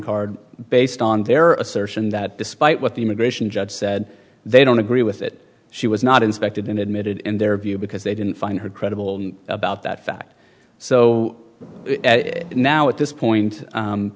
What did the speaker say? card based on their assertion that despite what the immigration judge said they don't agree with it she was not inspected and admitted in their view because they didn't find her credible about that fact so now at this point